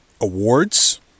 awards